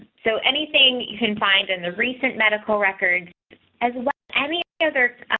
so anything you can find in the recent medical records as well any other